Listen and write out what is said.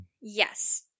Yes